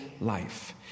life